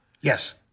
Yes